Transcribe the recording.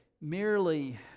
merely